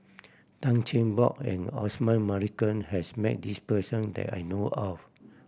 Tan Cheng Bock and Osman Merican has met this person that I know of